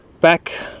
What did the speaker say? back